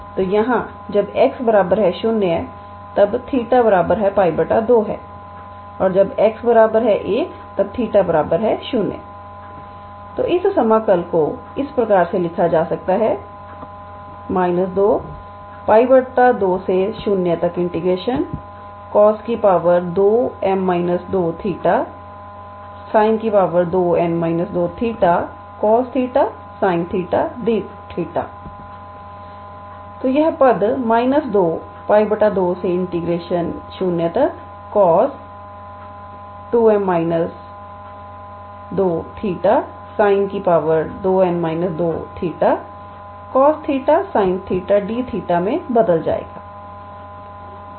तो यहाँ जब 𝑥 0 तब 𝜃 𝜋 2 और जब x 1 तब 𝜃 0 तो इस समाकल को इस प्रकार से लिखा जा सकता है 2 𝜋 20 𝑐𝑜𝑠2𝑚−2𝜃𝑠𝑖𝑛2𝑛−2𝜃 cos 𝜃 sin 𝜃𝑑𝜃 तो यह पद −2 𝜋 20 𝑐𝑜𝑠2𝑚−2𝜃𝑠𝑖𝑛2𝑛−2𝜃cos 𝜃 sin 𝜃𝑑𝜃 मे बदल जाएगी